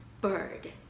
bird